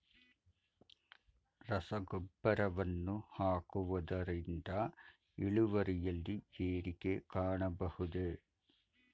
ರಸಗೊಬ್ಬರವನ್ನು ಹಾಕುವುದರಿಂದ ಇಳುವರಿಯಲ್ಲಿ ಏರಿಕೆ ಕಾಣಬಹುದೇ?